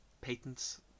patents